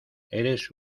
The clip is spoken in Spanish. eres